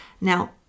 Now